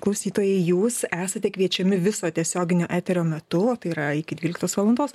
klausytojai jūs esate kviečiami viso tiesioginio eterio metu tai yra iki dvyliktos valandos